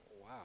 wow